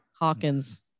Hawkins